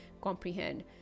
comprehend